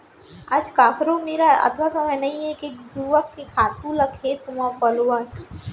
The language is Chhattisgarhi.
आज काकरो मेर अतका समय नइये के घुरूवा के खातू ल खेत म पलोवय